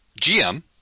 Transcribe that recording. GM